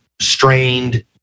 strained